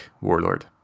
warlord